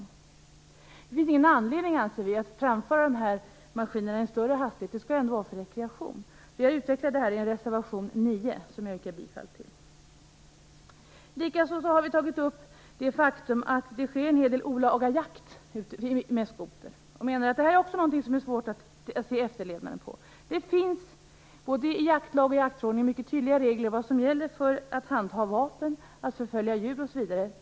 Det finns ingen anledning, anser vi, att framföra dessa maskiner i en större hastighet. Skoteråkandet skall ju ändå vara för rekreation. Vi har utvecklat det här i reservation 9, som jag yrkar bifall till. Likaså har vi tagit upp det faktum att det sker en hel del olaga jakt med skoter. Vi menar att det här också är någonting som det är svårt att se efterlevnaden av. Det finns, både i jaktlag och jaktförordning, mycket tydliga regler för vad som gäller för att handha vapen, förfölja djur osv.